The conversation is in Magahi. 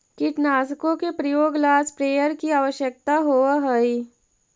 कीटनाशकों के प्रयोग ला स्प्रेयर की आवश्यकता होव हई